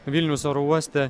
vilniaus oro uoste